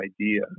idea